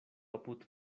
apud